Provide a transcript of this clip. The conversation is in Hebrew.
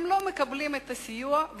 ולא מקבלים את הסיוע,